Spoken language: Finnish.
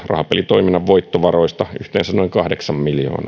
rahapelitoiminnan voittovaroista yhteensä noin kahdeksan miljoonaa euroa